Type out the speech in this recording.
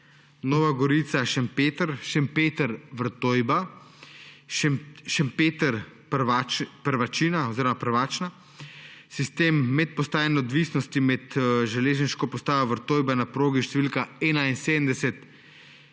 Nova Gorica–Šempeter, Šempeter–Vrtojba, Šempeter–Prvačina, sistem medpostajne odvisnosti med železniško postajo Vrtojba na progi številka 71